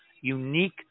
unique